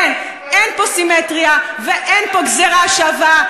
כן, אין פה סימטריה ואין פה גזירה שווה.